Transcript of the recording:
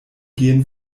gehen